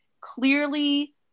clearly